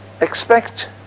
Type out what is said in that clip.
expect